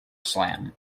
slam